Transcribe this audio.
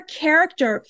character